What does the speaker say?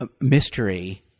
mystery